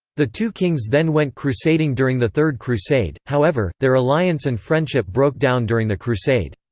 the two kings then went crusading during the third crusade however, their alliance and friendship broke down during the crusade.